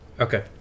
Okay